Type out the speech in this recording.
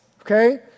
okay